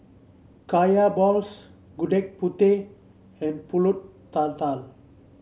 Kaya Balls Gudeg Putih and pulut tatal